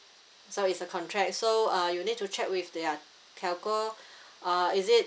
so it's a contract so uh you need to check with their telco uh is it